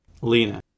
lena